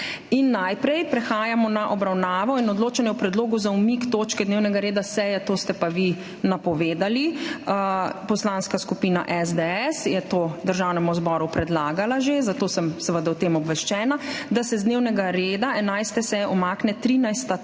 Poslovnika. Prehajamo na obravnavo in odločanje o predlogu za umik točke dnevnega reda seje – to ste pa vi napovedali, Poslanska skupina SDS je to Državnemu zboru že predlagala, zato sem seveda o tem obveščena – da se z dnevnega reda 11. seje umakne 13.